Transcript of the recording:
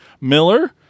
Miller